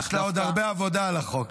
יש לה עוד הרבה עבודה על החוק.